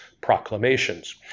proclamations